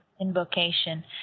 invocation